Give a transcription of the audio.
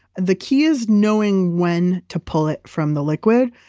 the key is knowing when to pull it from the liquid,